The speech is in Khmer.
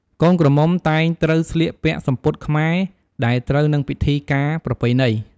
កូនក្រមុំតែងត្រូវស្លៀកពាក់សំពត់ខ្មែរដែលត្រូវនឹងពិធីការប្រពៃណី។